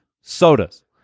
sodas